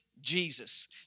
Jesus